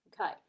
Okay